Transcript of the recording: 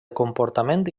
comportament